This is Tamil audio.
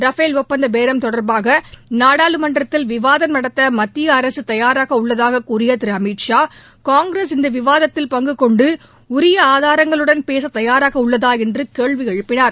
ரபேல் ஒப்பந்தம் பேரம் தொடர்பாக நாடாளுமன்றத்தில் விவாதம் நடத்த மத்திய அரசு தயாராக உள்ளதாக கூறிய அமித்ஷா காங்கிரஸ் இந்த விவாதத்தில் பங்கு கொண்டு உரிய ஆதாரங்களுடன் பேச தயாராக உள்ளதா என்று கேள்வி எழுப்பினார்